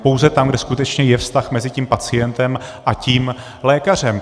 Pouze tam, kde skutečně je vztah mezi tím pacientem a tím lékařem.